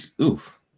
Oof